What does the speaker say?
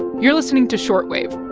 you're listening to short wave